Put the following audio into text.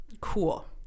cool